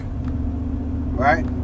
right